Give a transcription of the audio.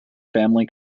family